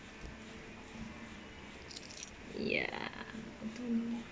ya